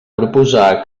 proposar